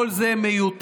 כל זה מיותר.